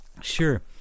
Sure